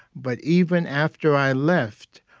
but even after i left,